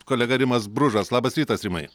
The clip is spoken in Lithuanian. kolega rimas bružas labas rytas rimai